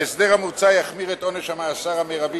ההסדר המוצע יחמיר את עונש המאסר המרבי